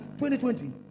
2020